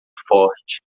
forte